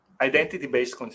identity-based